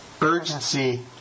urgency